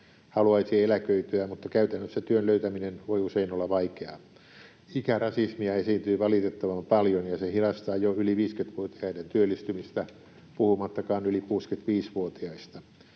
haluaisi eläköityä, mutta käytännössä työn löytäminen voi usein olla vaikeaa. Ikärasismia esiintyy valitettavan paljon, ja se hidastaa jo yli 50-vuotiaiden työllistymistä, puhumattakaan yli 65-vuotiaista.